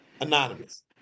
Anonymous